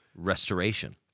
restoration